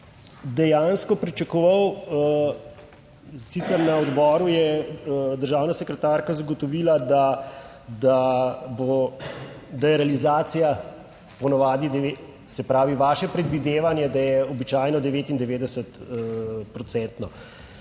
dejansko pričakoval, sicer na odboru je državna sekretarka zagotovila, da bo, da je realizacija po navadi, se pravi vaše predvidevanje, da je običajno 99